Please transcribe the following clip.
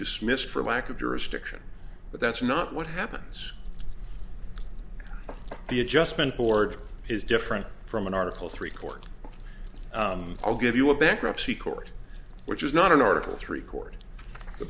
dismissed for lack of jurisdiction but that's not what happens the adjustment board is different from an article three court i'll give you a bankruptcy court which is not an article three court the